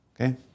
Okay